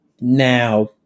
now